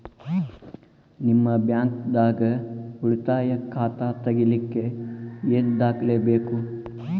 ನಿಮ್ಮ ಬ್ಯಾಂಕ್ ದಾಗ್ ಉಳಿತಾಯ ಖಾತಾ ತೆಗಿಲಿಕ್ಕೆ ಏನ್ ದಾಖಲೆ ಬೇಕು?